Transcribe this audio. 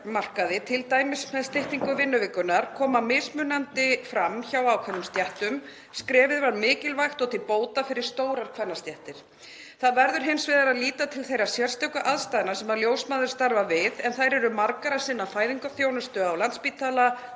vinnumarkaði, t.d. með styttingu vinnuvikunnar, koma fram á ólíkan hátt hjá ákveðnum stéttum. Skrefið var mikilvægt og til bóta fyrir stórar kvennastéttir. Það verður hins vegar að líta til þeirra sérstöku aðstæðna sem ljósmæður starfa við, en þær eru margar að sinna fæðingarþjónustu á Landspítala,